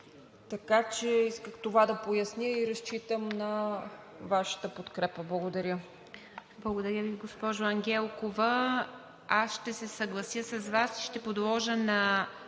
Така че исках това да поясня и разчитам на Вашата подкрепа. Благодаря.